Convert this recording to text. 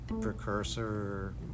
precursor